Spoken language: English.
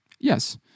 Yes